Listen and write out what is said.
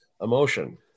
emotion